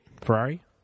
Ferrari